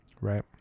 Right